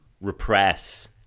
repress